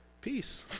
peace